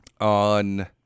on